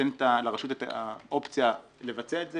שנותנת לרשות את האופציה לבצע את זה,